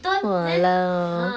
!walao!